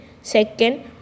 Second